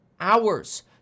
hours